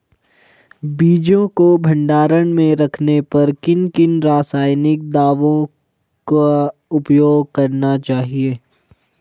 बीजों को भंडारण में रखने पर किन किन रासायनिक दावों का उपयोग करना चाहिए?